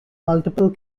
multiple